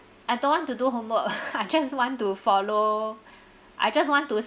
I don't want to do homework I just want to follow I just want to